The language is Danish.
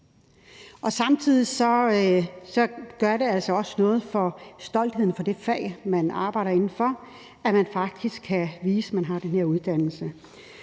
Samtidig gør det altså også noget for stoltheden for det fag, man arbejder inden for, at man faktisk kan vise, man har den her uddannelse.